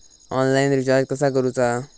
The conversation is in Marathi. ऑनलाइन रिचार्ज कसा करूचा?